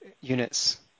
units